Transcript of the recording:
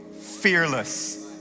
fearless